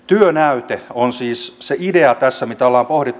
työnäyte on siis se idea tässä mitä ollaan pohdittu